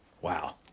Wow